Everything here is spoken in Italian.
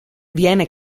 viene